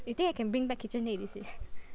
you think I can bring back KitchenAid is it